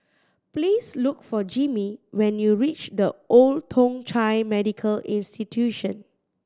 please look for Jimmie when you reach The Old Thong Chai Medical Institution